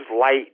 light